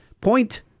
Point